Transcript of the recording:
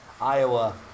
Iowa